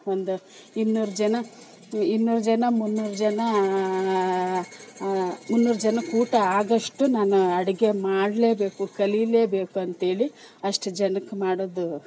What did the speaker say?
ಒಂದು ಇನ್ನೂರು ಜನ ಇನ್ನೂರು ಜನ ಮುನ್ನೂರು ಜನ ಮುನ್ನೂರು ಜನಕ್ಕೆ ಊಟ ಆಗೋಷ್ಟು ನಾನು ಅಡುಗೆ ಮಾಡಲೇಬೇಕು ಕಲೀಲೇಬೇಕು ಅಂಥೇಳಿ ಅಷ್ಟು ಜನಕ್ಕೆ ಮಾಡೋದು